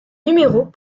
numéros